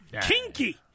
Kinky